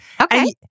Okay